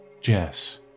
Jess